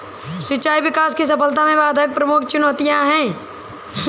सिंचाई विकास की सफलता में बाधक प्रमुख चुनौतियाँ है